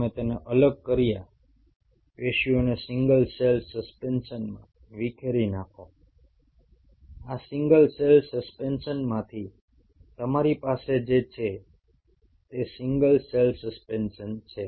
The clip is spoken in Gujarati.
તમે તેને અલગ કર્યા પેશીઓને સિંગલ સેલ સસ્પેન્શનમાં વિખેરી નાખો આ સિંગલ સેલ સસ્પેન્શનમાંથી તમારી પાસે જે છે તે સિંગલ સેલ સસ્પેન્શન છે